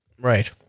Right